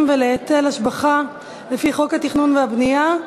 ולהיטל השבחה לפי חוק התכנון והבנייה).